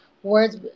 Words